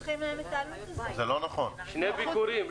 שני ביקורים.